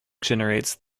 generates